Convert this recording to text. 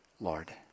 Lord